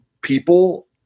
people